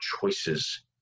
choices